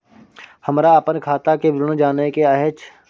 हमरा अपन खाता के विवरण जानय के अएछ?